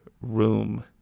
room